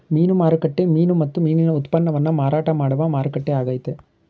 ಮೀನು ಮಾರುಕಟ್ಟೆ ಮೀನು ಮತ್ತು ಮೀನಿನ ಉತ್ಪನ್ನವನ್ನು ಮಾರಾಟ ಮಾಡುವ ಮಾರುಕಟ್ಟೆ ಆಗೈತೆ